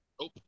Nope